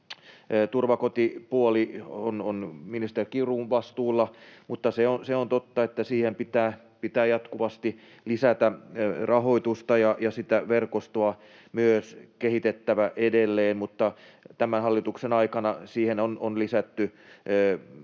Turvakotipuoli on ministeri Kiurun vastuulla, mutta se on totta, että siihen pitää jatkuvasti lisätä rahoitusta ja sitä verkostoa myös kehittää edelleen. Tämän hallituksen aikana siihen on lisätty